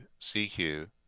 CQ